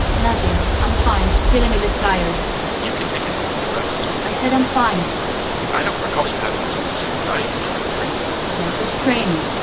nothing. i'm fine. just feeling a bit tired you can take a moment to rest i said i'm fine i don't recall you having so much anxiety during training that was training.